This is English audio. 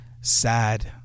sad